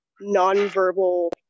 nonverbal